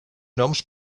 noms